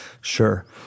Sure